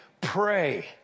pray